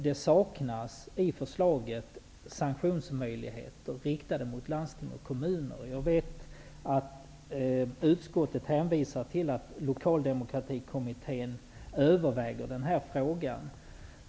Det saknas i förslaget sanktionsmöjligheter riktade mot landsting och kommuner. Jag vet att utskottet hänvisar till att Lokaldemokratikommittén överväger den här frågan.